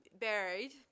buried